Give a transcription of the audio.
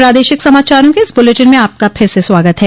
प्रादेशिक समाचारों के इस बुलेटिन में आपका फिर से स्वागत है